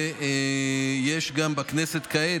ויש גם בכנסת כעת,